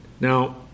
Now